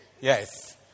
Yes